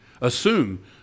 assume